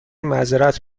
معذرت